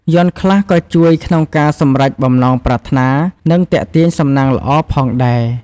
យ័ន្តខ្លះក៏ជួយក្នុងការសម្រេចបំណងប្រាថ្នា និងទាក់ទាញសំណាងល្អផងដែរ។